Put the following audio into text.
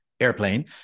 airplane